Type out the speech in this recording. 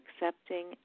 accepting